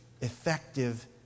effective